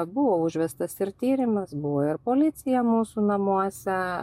buvo užvestas ir tyrimas buvo ir policija mūsų namuose